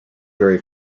very